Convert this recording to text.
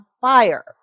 fire